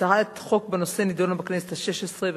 הצעת חוק בנושא נדונה בכנסת השש-עשרה,